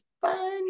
fun